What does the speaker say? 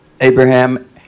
Abraham